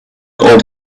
old